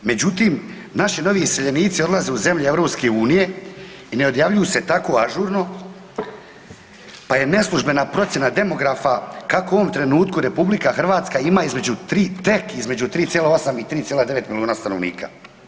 Međutim, naši novi iseljenici odlaze u zemlje EU i ne odjavljuju se tako ažurno pa je neslužbena procjena demografa kako u ovom trenutku RH ima između 3 tek između 3,8 i 3,9 milijuna stanovnika.